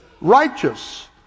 righteous